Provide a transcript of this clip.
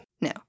No